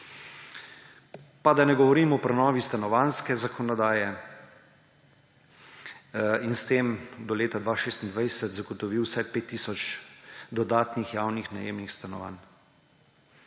Pa da ne govorim o prenovi stanovanjske zakonodaje. S tem je do leta 2026 zagotovil vsaj 5 tisoč dodatnih javnih najemnih stanovanj.